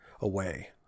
away